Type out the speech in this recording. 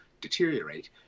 deteriorate